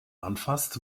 anfasst